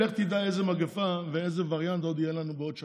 לך תדע איזו מגפה ואיזה וריאנט עוד יהיו לנו בעוד שנה,